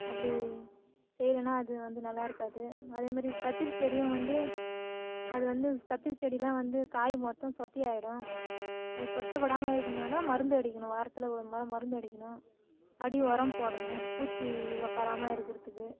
அப்படி செய்யலன்னா அது வந்து நல்லாயிருக்காது அதேமாரி கத்திரிச் செடியும் வந்து அதை வந்து கத்திரிச் செடிலாம் வந்து காயும் மொத்தம் சொத்தையாகிடும் அது சொத்தை படாமல் இருக்கணும்ன்னா மருந்து அடிக்கணும் வாரத்தில் ஒரு முறை மருந்து அடிக்கணும் அடி உரம் போடணும் பூச்சி உக்காராம இருக்கிறதுக்கு